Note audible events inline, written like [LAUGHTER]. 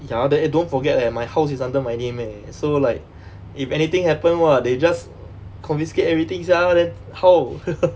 ya eh then don't forget leh my house is under my name eh so like if anything happen !wah! they just confiscate everything sia then how [LAUGHS]